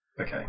Okay